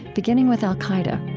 beginning with al-qaeda